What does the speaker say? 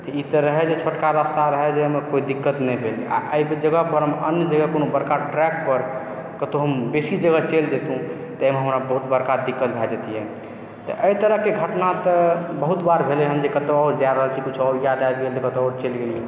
तऽ ई तऽ रहऽ जे छोटका रस्ता रहऽ जे एहिमे कोइ दिक्कत नहि भेल आ एहि जगह पर हम अन्य जगह कोनो बड़का ट्रैक पर कतौ हम बेसी जगह चलि जयतहुॅं तऽ आइ हमरा बहुत बड़का दिक्कत भए जैतियै तऽ एहि तरह के घटना तऽ बहुत बार भेलै हँ जे कतौ जाए रहल छी किछो और याद आबि गेल तऽ कतौ आर चलि गेलहुॅं